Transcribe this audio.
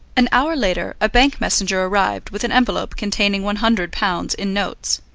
an hour later a bank messenger arrived with an envelope containing one hundred pounds in notes.